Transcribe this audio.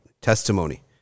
Testimony